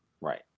Right